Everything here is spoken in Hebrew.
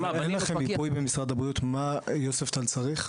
אין לכם מיפוי במשרד הבריאות, מה יוספטל צריך?